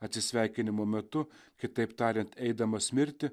atsisveikinimo metu kitaip tariant eidamas mirti